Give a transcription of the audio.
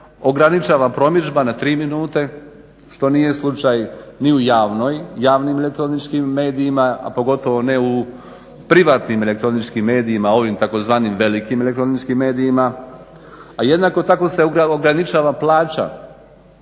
ograničava promidžba na tri minute što nije slučaj ni u javnim elektroničkim medijima a pogotovo ne u privatnim elektroničkim medijima, ovim tzv. velikim elektroničkim medijima a jednako tako se ograničava plaća.